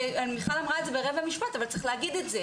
מיכל אמרה ברבע משפט, אבל צריך להגיד את זה.